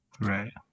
Right